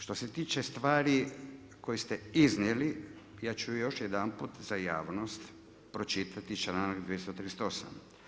Što se tiče stvari koje ste iznijeli, ja ću još jedanput za javnost pročitati članak 238.